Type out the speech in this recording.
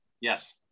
Yes